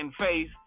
face